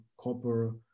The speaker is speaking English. copper